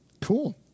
Cool